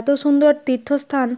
এত সুন্দর তীর্থস্থান